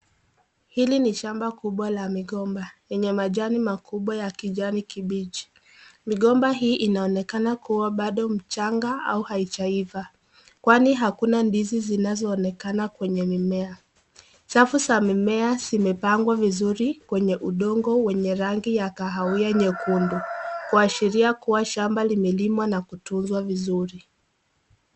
Hili ni shamba kubwa la migomba lenye majani makubwa ya kijani kibichi. Migomba hii inaonekana kuwa bado mchanga ama bado haijaiva kwani hakuna ndizi zinazoonekana kwenye mimea. Safu za mimea zimepangwa vizuri kwenye udongo wa rangi ya kahawia nyekundu kuashiria kuwa shamba limelimwa na kutunzwa vizuri.